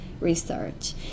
research